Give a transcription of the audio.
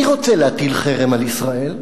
מי רוצה להטיל חרם על ישראל?